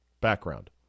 background